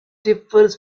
differs